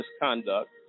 misconduct